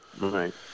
right